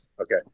Okay